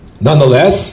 Nonetheless